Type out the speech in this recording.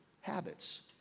habits